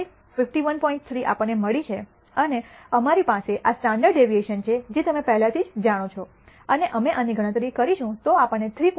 3 આપણને મળી છે અને અમારી પાસે આ સ્ટાન્ડર્ડ ડેવિએશન છે જે તમે પહેલાથી જ જાણો છો અને અમે આની ગણતરી કરીશું તો આપણને 3